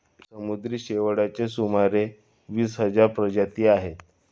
समुद्री शेवाळाच्या सुमारे वीस हजार प्रजाती आहेत